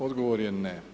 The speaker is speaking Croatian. Odgovor je ne.